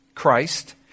Christ